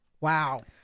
Wow